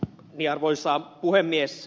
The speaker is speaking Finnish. nämä ed